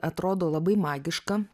atrodo labai magiška